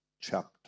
chapter